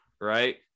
right